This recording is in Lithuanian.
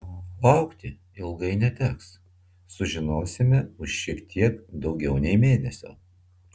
laukti ilgai neteks sužinosime už šiek tiek daugiau nei mėnesio